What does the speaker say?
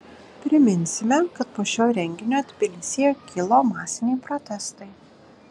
priminsime kad po šio renginio tbilisyje kilo masiniai protestai